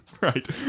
right